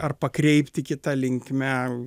ar pakreipti kita linkme